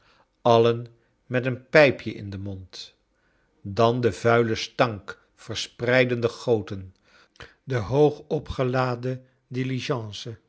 alien met een pijpje in den mond dan de vuile stank verspreidende goten de hoog opgeladen